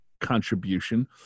contribution